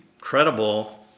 credible